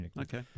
Okay